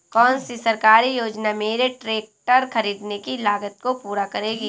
कौन सी सरकारी योजना मेरे ट्रैक्टर ख़रीदने की लागत को पूरा करेगी?